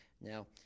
Now